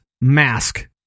mask